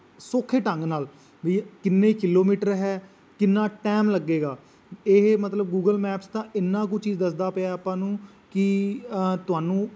ਸੌਖੇ ਢੰਗ ਨਾਲ ਵੀ ਕਿੰਨੇ ਕਿਲੋਮੀਟਰ ਹੈ ਕਿੰਨਾ ਟਾਈਮ ਲੱਗੇਗਾ ਇਹ ਮਤਲਬ ਗੂਗਲ ਮੈਪਸ ਦਾ ਇੰਨਾ ਕੁ ਚੀਜ਼ ਦੱਸਦਾ ਪਿਆ ਆਪਾਂ ਨੂੰ ਕਿ ਤੁਹਾਨੂੰ